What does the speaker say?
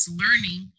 learning